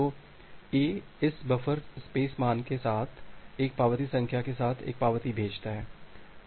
तो A इस buffer space मान के साथ एक पावती संख्या के साथ एक पावती भेजता है